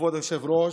היושב-ראש,